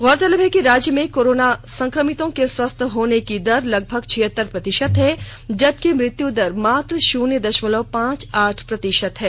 गौरतलब है कि राज्य में कोरोना संक्रमितों के स्वस्थ होने की दर लगभग छिहतर प्रतिषत है जबकि मृत्यू दर मात्र शुन्य दशमलव पांच आठ प्रतिशत है